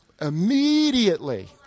immediately